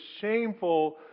shameful